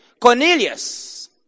Cornelius